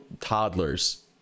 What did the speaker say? toddlers